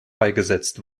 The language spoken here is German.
beigesetzt